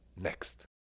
next